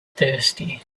thirsty